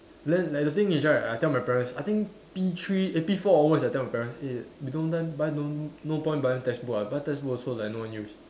then like the thing is right I tell my parents I think P three eh P four onwards I tell my parents eh we don't them buy don't no point buying textbook ah buy textbook also like no use